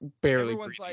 Barely